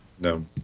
No